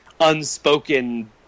unspoken